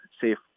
safe